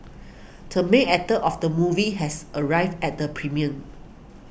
term main actor of the movie has arrived at the premiere